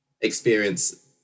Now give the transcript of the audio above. experience